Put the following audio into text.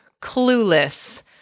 Clueless